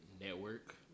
network